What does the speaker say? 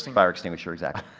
fire extinguisher, exactly.